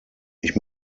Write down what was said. ich